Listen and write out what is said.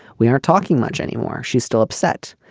we aren't talking much anymore. she's still upset.